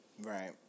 Right